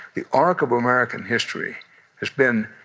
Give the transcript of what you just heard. the arc of american history has been